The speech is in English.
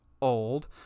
old